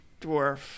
dwarf